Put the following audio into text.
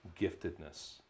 giftedness